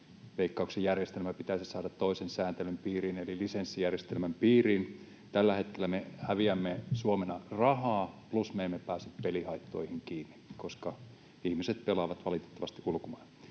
Veikkauksen järjestelmä pitäisi saada toisen sääntelyn piiriin eli lisenssijärjestelmän piiriin. Tällä hetkellä me häviämme Suomena rahaa plus me emme pääse pelihaittoihin kiinni, koska ihmiset pelaavat valitettavasti ulkomaille.